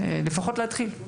לפחות להתחיל את המהלך.